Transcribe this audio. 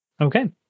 Okay